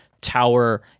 tower